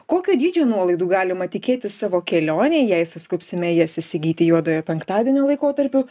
kokio dydžio nuolaidų galima tikėtis savo kelionei jei suskubsime jas įsigyti juodojo penktadienio laikotarpiu